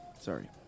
Sorry